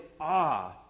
awe